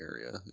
area